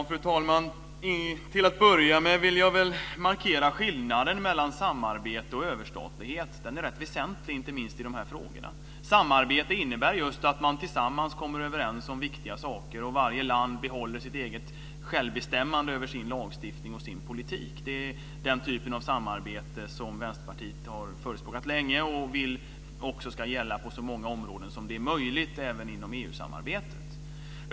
Fru talman! Till att börja med vill jag markera skillnaden mellan samarbete och överstatlighet. Den är rätt väsentlig, inte minst i de här frågorna. Samarbete innebär just att man tillsammans kommer överens om viktiga saker, och varje land behåller sitt eget självbestämmande över sin lagstiftning och sin politik. Det är den typen av samarbete som Vänsterpartiet har förespråkat länge och som vi också vill ska gälla på så många områden som möjligt även inom EU-samarbetet.